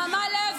נעמה, לא מתאים.